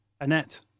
Annette